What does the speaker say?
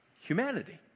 Humanity